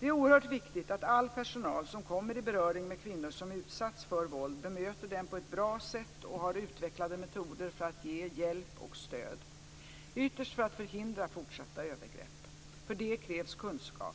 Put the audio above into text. Det är oerhört viktigt att all personal som kommer i beröring med kvinnor som utsatts för våld bemöter dem på ett bra sätt och har utvecklade metoder för att ge hjälp och stöd, ytterst för att förhindra fortsatta övergrepp. För det krävs kunskap.